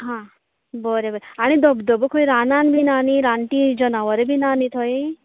हां बरें बरें आनी धबधबो खंय रानांत बी ना न्ही रानटी जनावरां बी ना न्ही थंय